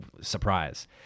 surprise